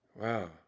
Wow